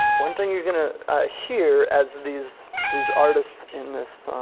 one thing you're gonna hear as these these artists in this